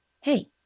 hey